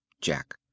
Jack